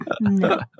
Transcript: No